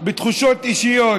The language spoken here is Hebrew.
בתחושות אישיות.